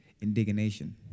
indignation